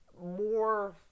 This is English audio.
more